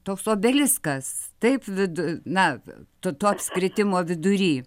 toks obeliskas taip vidu na tu to apskritimo vidury